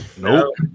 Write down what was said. Nope